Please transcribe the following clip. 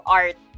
art